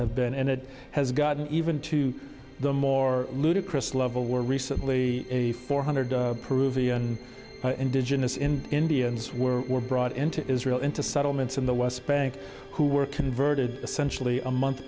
have been and it has gotten even to the more ludicrous level where recently four hundred peruvian indigenous in indians were brought into israel into settlements in the west bank who were converted essentially a month